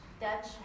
Dutch